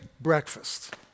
Breakfast